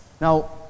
Now